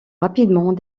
rapidement